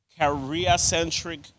career-centric